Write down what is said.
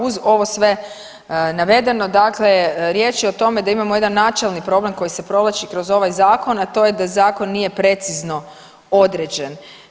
Uz ovo sve navedeno, dakle riječ je o tome da imamo jedan načelni problem koji se provlači kroz ovaj zakon, a to je da zakon nije precizno određen.